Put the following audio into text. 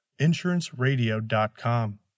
insuranceradio.com